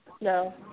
No